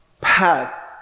path